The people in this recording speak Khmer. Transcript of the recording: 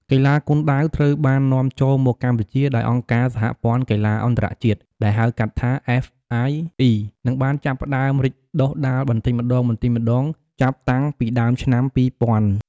កីឡាគុនដាវត្រូវបាននាំចូលមកកម្ពុជាដោយអង្គការសហព័ន្ធកីឡាអន្តរជាតិ ដែលហៅកាត់ថា អ្វេស អាយ អុី និងបានចាប់ផ្តើមរីកដុះដាលបន្តិចម្តងៗចាប់តាំងពីដើមឆ្នាំ ២០០០។